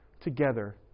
together